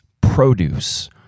produce